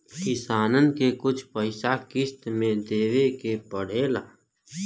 किसानन के कुछ पइसा किश्त मे देवे के पड़ेला